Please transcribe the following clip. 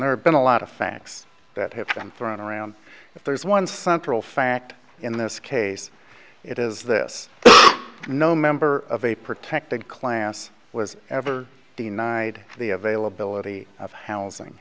there have been a lot of facts that have been thrown around if there is one central fact in this case it is this no member of a protected class was ever denied the availability of housing